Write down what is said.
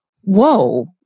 whoa